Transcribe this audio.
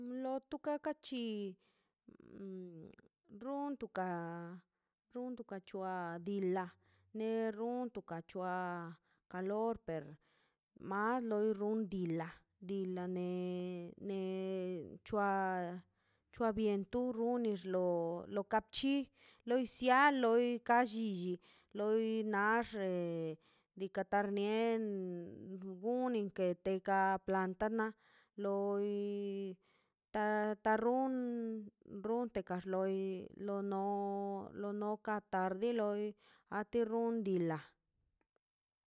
Loka kachi runtuka run tuka chua na dilane runtuka dua kalor per mar loi rundi dila di lane ne chua chua vientu runix lo lo kap chi loi sia loi lo ka llichi loi naxe diika tarnie gunin kete ga planta na loi ta ta run runte kax loi lono lonoka tarde loi a tu rindo